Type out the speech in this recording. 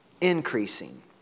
increasing